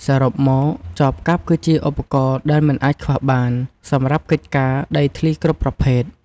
សរុបមក ចបកាប់គឺជាឧបករណ៍ដែលមិនអាចខ្វះបានសម្រាប់កិច្ចការដីធ្លីគ្រប់ប្រភេទ។